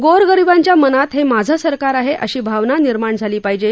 गोरगरिबांच्या मनात हे माझे सरकार आहे अशी भावना निर्माण झाली पाहिजे